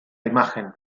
imagen